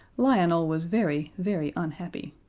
lionel was very, very unhappy.